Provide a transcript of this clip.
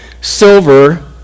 silver